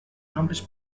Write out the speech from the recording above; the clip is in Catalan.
nombres